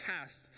past